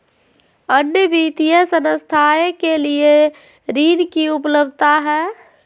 अन्य वित्तीय संस्थाएं के लिए ऋण की उपलब्धता है?